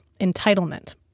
entitlement